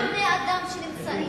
מה עם בני-אדם שנמצאים,